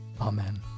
Amen